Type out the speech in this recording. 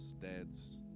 dads